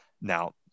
Now